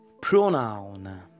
pronoun